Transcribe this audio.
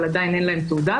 אבל עדיין אין להם תעודה.